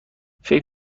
فکر